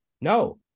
No